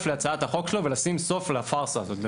להצעת החוק שלו ולשים סוף לפארסה הזאת.